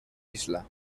isla